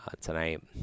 tonight